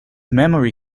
memory